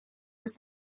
was